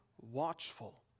watchful